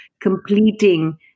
completing